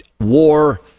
war